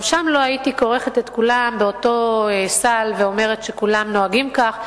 גם שם לא הייתי כורכת את כולם באותו סל ואומרת שכולם נוהגים כך.